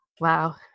Wow